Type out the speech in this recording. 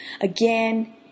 Again